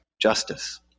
justice